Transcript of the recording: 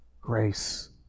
Grace